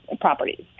properties